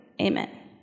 Amen